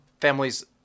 families